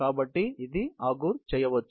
కాబట్టి ఇది అగూర్ చేయవచ్చు